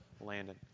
Landon